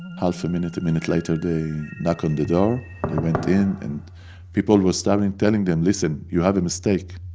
half a minute, a minute later they knock on the door. they went in and people were starting telling them, listen, you have a mistake,